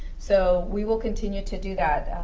so we will continue to do that.